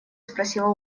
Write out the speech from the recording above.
спросила